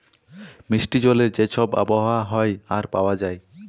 মিষ্টি জলের যে ছব আবহাওয়া হ্যয় আর পাউয়া যায়